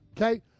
okay